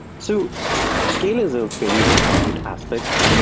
so scale is a very important aspect.